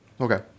okay